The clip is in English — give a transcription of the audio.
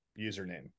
username